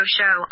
Show